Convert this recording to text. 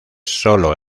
sólo